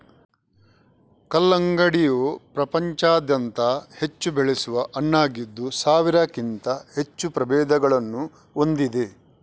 ಕಲ್ಲಂಗಡಿಯು ಪ್ರಪಂಚಾದ್ಯಂತ ಹೆಚ್ಚು ಬೆಳೆಸುವ ಹಣ್ಣಾಗಿದ್ದು ಸಾವಿರಕ್ಕಿಂತ ಹೆಚ್ಚು ಪ್ರಭೇದಗಳನ್ನು ಹೊಂದಿದೆ